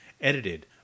Edited